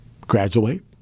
graduate